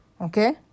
Okay